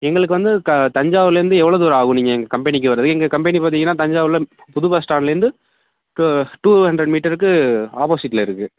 எங்களுக்கு வந்து த தஞ்சாவூர்லேந்து எவ்வளோ தூரம் ஆகும் நீங்கள் எங்கள் கம்பெனிக்கு வரதுக்கு எங்க கம்பெனி பார்த்திங்கன்னா தஞ்சாவூர்ல புது பஸ்டாண்ட்லேருந்து க டூ ஹண்ட்ரட் மீட்டருக்கு ஆப்போசிட்ல இருக்குது